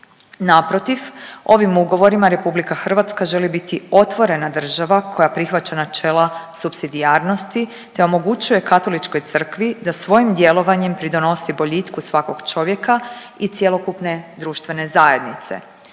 Naprotiv, ovim ugovorima RH želi biti otvorena država koja prihvaća načela supsidijarnosti te omogućuje Katoličkoj crkvi da svojim djelovanjem pridonosi boljitku svakog čovjeka i cjelokupne društvene zajednice.